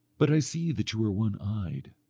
but i see that you are one-eyed.